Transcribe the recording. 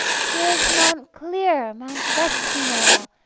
here is mount clear, mount rusty-nail,